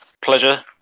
Pleasure